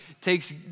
takes